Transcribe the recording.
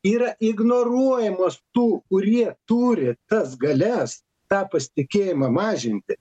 yra ignoruojamos tų kurie turi tas galias tą pasitikėjimą mažinti